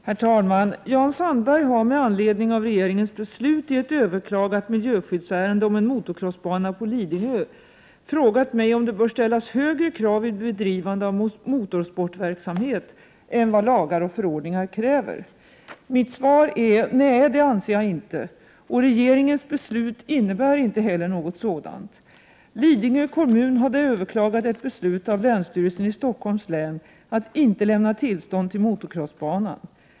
Herr talman! Jan Sandberg har med anledning av regeringens beslut i ett 31 överklagat miljöskyddsärende om en motocrossbana på Lidingö frågat mig om det bör ställas högre krav vid bedrivande av motorsportverksamhet än vad lagar och förordningar kräver. Mitt svar är: Nej, det anser jag inte. Regeringens beslut innebär inte heller något sådant. Lidingö kommun hade överklagat ett beslut av länsstyrelsen i Stockholms län att inte lämna tillstånd till motocrossbanan.